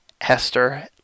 hester